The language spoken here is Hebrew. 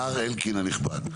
מר אלקין הנכבד.